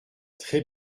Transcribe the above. très